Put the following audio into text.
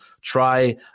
try